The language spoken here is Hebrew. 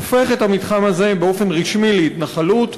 הופך את המתחם הזה באופן רשמי להתנחלות.